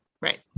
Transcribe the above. Right